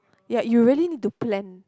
ya you really need to plan